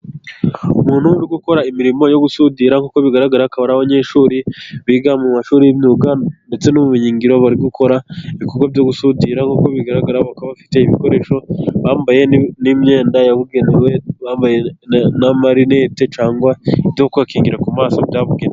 Umuntu uri gukora imirimo yo gusudira nkuko bigaragara aha, akaba ari abanyeshuri biga mu mashuri y'imyuga ndetse n'ubumenyingiro, bari gukora ibikorwa byo gusudira nk'uko bigaragara, bakaba bafite ibikoresho, bambaye n'imyenda yabugenewe n'amarineti, cyangwa ibyo kwikingira ku maso byabugenewe.